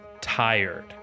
tired